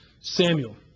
Samuel